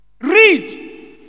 read